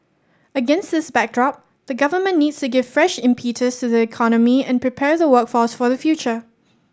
against this backdrop the Government needs to give fresh impetus to the economy and prepare the workforce for the future